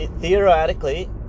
theoretically